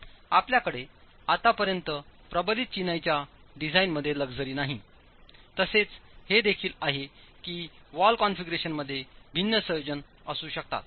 आपल्याकडे आतापर्यंत प्रबलित चिनाईच्या डिझाइनमध्ये लक्झरी नाहीतसेच हे देखील आहे की वॉल कॉन्फिगरेशनमध्ये भिन्न संयोजन असू शकतात